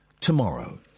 tomorrow